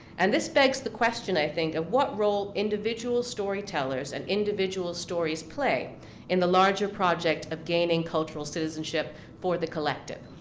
and this begs the question i think, of what role individual storytellers, and individual stories play in the larger project of gaining cultural citizenship for the collective?